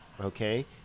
okay